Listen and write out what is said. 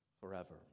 forever